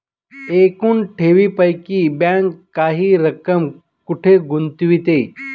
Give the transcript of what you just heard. एकूण ठेवींपैकी बँक काही रक्कम कुठे गुंतविते?